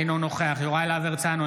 אינו נוכח יוראי להב הרצנו,